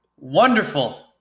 wonderful